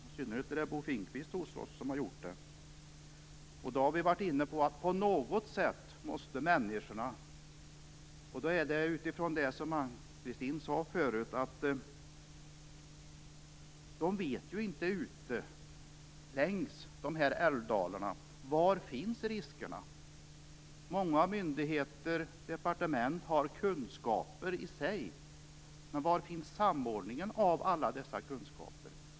Det är i synnerhet Bo Finnkvist som har gjort det. Ann-Kristin Johansson sade förut att man ute längs älvdalarna inte vet var riskerna finns. Många myndigheter och departement har kunskaper, men var finns samordningen av alla dessa kunskaper?